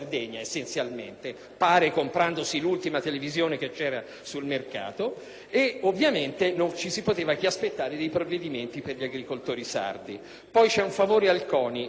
l'ultima televisione che c'era sul mercato, e ovviamente non ci si poteva che aspettare dei provvedimenti per gli agricoltori sardi. Poi c'è un favore al CONI, di dubbio